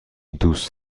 دوست